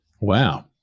Wow